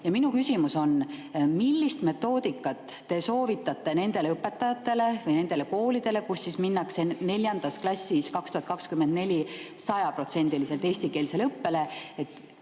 Minu küsimus on: millist metoodikat te soovitate nendele õpetajatele või nendele koolidele, kus minnakse 2024 neljandas klassis 100%-liselt eestikeelsele õppele?